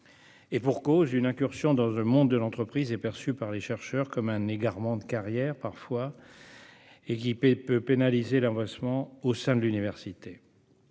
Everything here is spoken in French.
Et pour cause : une incursion dans le monde de l'entreprise est parfois perçue par les chercheurs comme un égarement de carrière, qui peut pénaliser l'avancement au sein de l'université.